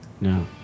No